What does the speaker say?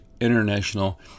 International